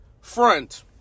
front